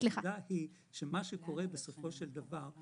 הנקודה היא שמה שקורה בסופו של דבר,